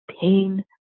pain